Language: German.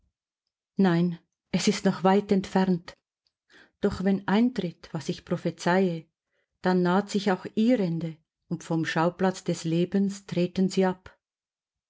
nein es ist noch weit entfernt doch wenn eintritt was ich prophezeihe dann naht sich auch ihr ende und vom schauplatz des lebens treten sie ab